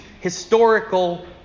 historical